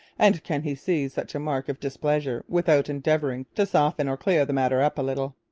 and can he see such a mark of displeasure without endeavouring to soften or clear the matter up a little?